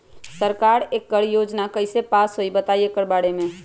सरकार एकड़ योजना कईसे पास होई बताई एकर बारे मे?